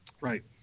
right